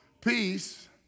Peace